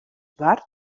bar